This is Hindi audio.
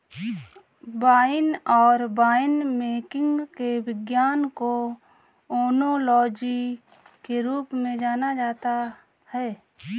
वाइन और वाइनमेकिंग के विज्ञान को ओनोलॉजी के रूप में जाना जाता है